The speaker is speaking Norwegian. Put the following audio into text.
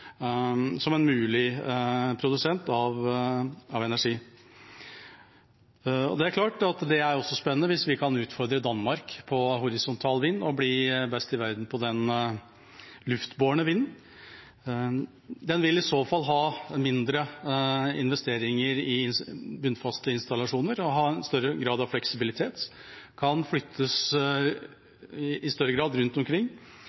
som en mulig produsent av energi. Det er klart også spennende hvis vi kan utfordre Danmark på horisontal vind og bli best i verden på den luftbårne vinden. Den vil i så fall medføre mindre investeringer i bunnfaste installasjoner og ha en større grad av fleksibilitet. Den kan i større grad flyttes rundt omkring,